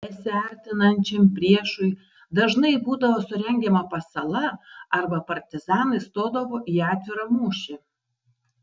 besiartinančiam priešui dažnai būdavo surengiama pasala arba partizanai stodavo į atvirą mūšį